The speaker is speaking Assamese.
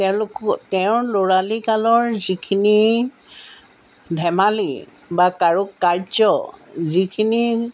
তেওঁলোক তেওঁৰ লৰালি কালৰ যিখিনি ধেমালি বা কাৰোকাৰ্য যিখিনি